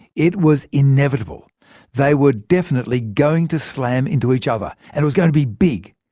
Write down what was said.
it was inevitable they were definitely going to slam into each other. and it was going to be big.